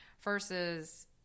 versus